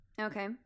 Okay